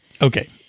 Okay